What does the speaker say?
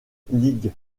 league